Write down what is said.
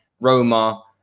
roma